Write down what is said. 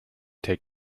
take